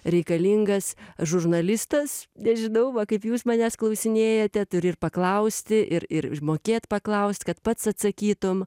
reikalingas žurnalistas nežinau va kaip jūs manęs klausinėjate turi ir paklausti ir ir mokėt paklaust kad pats atsakytum